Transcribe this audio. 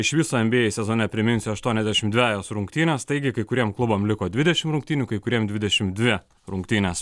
iš viso nba sezone priminsiu aštuoniasdešim dvejos rungtynės taigi kai kuriem klubam liko dvidešim rungtynių kai kuriem dvidešim dvi rungtynės